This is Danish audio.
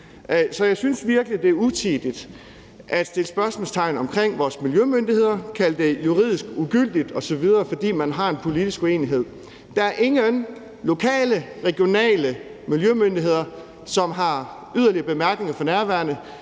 Så jeg synes virkelig, at det er utidigt at sætte spørgsmålstegn ved vores miljømyndigheder og kalde det juridisk ugyldigt osv., fordi man har en politisk uenighed. Der er ingen lokale eller regionale miljømyndigheder, som har yderligere bemærkninger for nærværende.